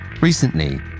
Recently